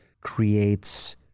creates